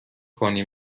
کنی